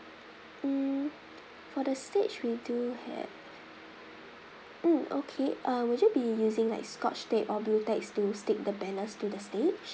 mm for the stage we do have mm okay uh would you be using like Scotch tape or Blu Tacks to stick the banners to the stage